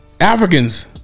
Africans